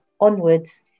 onwards